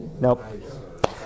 Nope